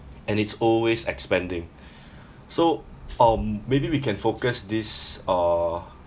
and it's always expanding so um maybe we can focus this uh